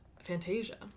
Fantasia